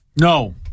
No